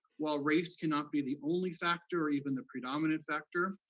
while race cannot be the only factor, or even the predominant factor,